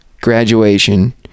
graduation